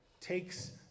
takes